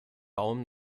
baum